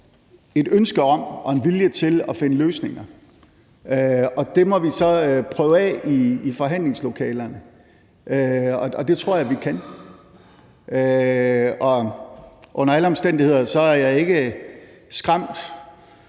et ønske om og en vilje til at finde løsninger. Det må vi så prøve af i forhandlingslokalerne, og det tror jeg vi kan. Under alle omstændigheder er jeg ikke skræmt